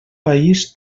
país